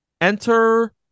Enter